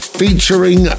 featuring